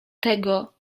tego